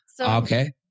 Okay